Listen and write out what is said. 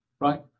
right